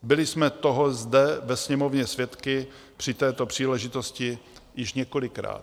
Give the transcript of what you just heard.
Byli jsme toho zde ve Sněmovně svědky při této příležitosti již několikrát.